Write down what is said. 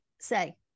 say